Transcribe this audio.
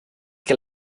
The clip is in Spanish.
que